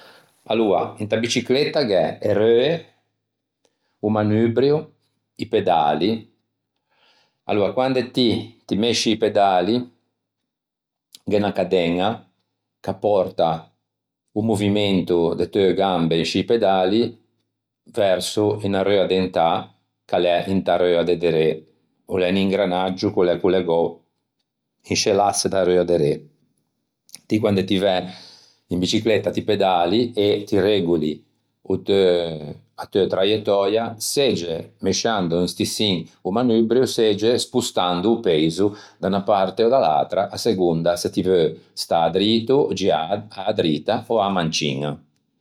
Aloa, inta bicicletta faghe e reue, o manubrio, i pedali. Aloa quande ti ti mesci i pedali gh'é unna cadeña ch'a pòrta o movimento de teu gambe in scî pedali verso unna reua dentâ ch'a l'é inta reua de derê. O l'é un ingranaggio ch'o l'é collegou in sce l'assa da reua derê. Ti quande ti væ in bicicletta ti pedali e ti regoli o teu a teu traiettöia segge mesciando un stissin o manubrio segge spostando o peiso da unna parte ò da l'atra à segonda se ti veu stâ drito, giâ a-a drita ò a-a manciña.